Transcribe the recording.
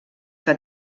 que